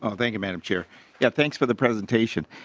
um thank you madam chair yeah thanks for the presentation.